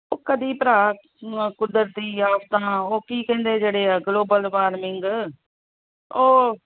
ਉਹ ਕਦੇ ਭਰਾ ਕੁਦਰਤੀ ਆਫਤਾਂ ਉਹ ਕੀ ਕਹਿੰਦੇ ਜਿਹੜੇ ਗਲੋਬਲ ਵਾਰਮਿੰਗ ਉਹ